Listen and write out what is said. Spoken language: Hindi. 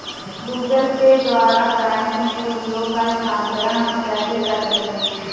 गूगल पे द्वारा बैंक में रुपयों का स्थानांतरण हम कैसे कर सकते हैं?